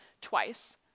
twice